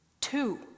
two